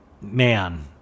man